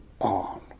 On